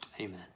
Amen